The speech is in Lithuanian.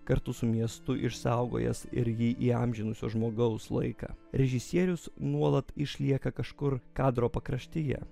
kartu su miestu išsaugojęs ir jį įamžinusio žmogaus laiką režisierius nuolat išlieka kažkur kadro pakraštyje